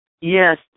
Yes